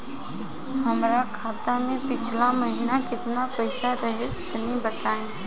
हमरा खाता मे पिछला महीना केतना पईसा रहे तनि बताई?